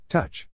Touch